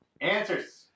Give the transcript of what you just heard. Answers